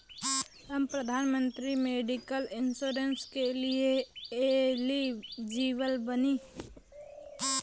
हम प्रधानमंत्री medical insurance के लिए एलिजिबल बानी?